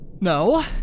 No